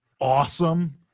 awesome